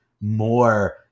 more